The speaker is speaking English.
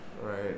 right